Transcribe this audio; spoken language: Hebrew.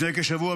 לפני כשבוע,